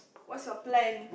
what's your plan